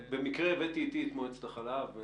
במקרה, הבאתי איתי את מועצת החלב.